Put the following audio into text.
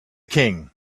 king